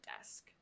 desk